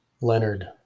Leonard